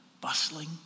bustling